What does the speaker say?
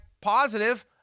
positive